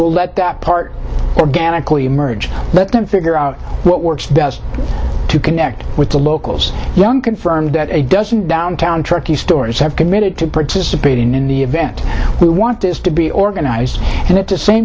let that part organically emerge let them figure out what works best to connect with the locals young confirmed that it doesn't downtown truckee stories have committed to participating in the event we want this to be organized and at the same